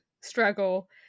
struggle